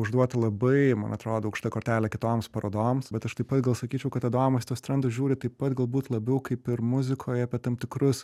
užduota labai man atrodo aukštą kartelę kitoms parodoms bet aš taip pat gal sakyčiau kad adomas į tuos trendus žiūri taip pat galbūt labiau kaip ir muzikoje apie tam tikrus